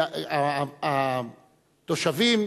התושבים,